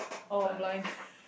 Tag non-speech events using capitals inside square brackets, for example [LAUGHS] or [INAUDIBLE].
oh I'm blind [LAUGHS]